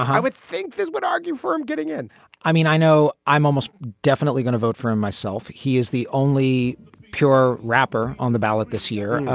ah i would think this would argue for him getting in i mean, i know i'm almost definitely going to vote for him myself. he is the only pure rapper on the ballot this year.